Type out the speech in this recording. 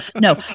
No